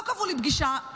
לא קבעו לי פגישה.